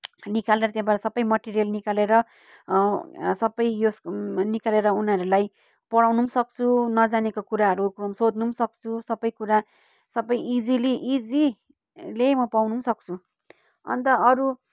निकालेर त्यहाँबाट सबै मेटेरियल निकालेेर सबै यो निकालेर उनीहरूलाई पढाउनु पनि सक्छु नजानेको कुराहरू क्रोममा सोध्नु पनि सक्छु सबै कुरा सबै इजिली इजीले म पाउनु पनि सक्छु अन्त अरू